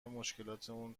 مشکلاتمون